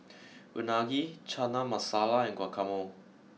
Unagi Chana Masala and Guacamole